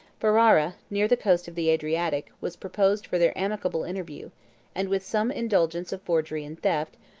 ferrara, near the coast of the adriatic, was proposed for their amicable interview and with some indulgence of forgery and theft,